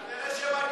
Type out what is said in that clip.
כנראה מגיע לך.